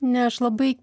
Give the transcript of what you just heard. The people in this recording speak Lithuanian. ne aš labai